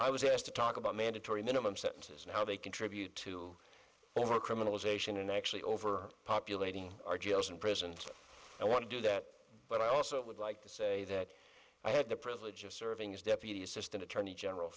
i was asked to talk about mandatory minimum sentences and how they contribute to over criminalization and actually over populating our jails and prisons so i want to do that but i also would like to say that i had the privilege of serving as deputy assistant attorney general